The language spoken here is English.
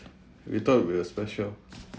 we thought we were special